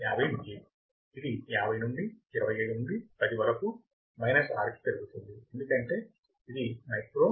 50 milliwatt ఇది 50 నుండి 25 నుండి 10 వరకు మైనస్ 6 కి పెరుగుతుంది ఎందుకంటే ఇది మైక్రో యామ్పియర్ 1